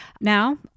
Now